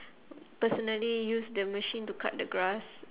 personally use the machine to cut the grass